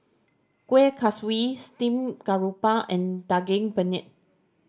Kuih Kaswi steamed garoupa and Daging Penyet